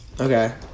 Okay